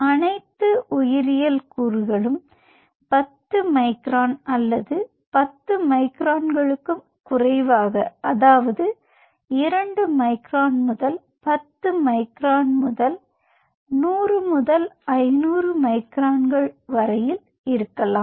அனைத்து உயிரியல்கூறுகளும் 10 மைக்ரான் அல்லது 10 மைக்ரான்களுக்கும் குறைவாக அதாவது 2 மைக்ரான் முதல் 10 மைக்ரான் முதல் 100 முதல் 500 மைக்ரான் வரை இருக்கலாம்